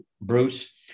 bruce